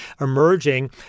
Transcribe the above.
emerging